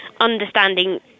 understanding